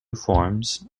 forms